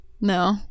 No